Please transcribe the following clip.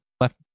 left